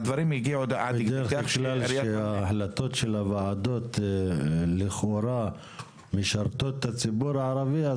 בדרך כלל כשההחלטות של הוועדות לכאורה משרתות את הציבור הערבי,